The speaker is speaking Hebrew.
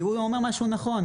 כי הוא אומר משהו נכון.